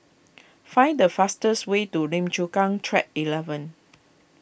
find the fastest way to Lim Chu Kang Track eleven